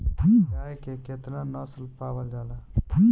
गाय के केतना नस्ल पावल जाला?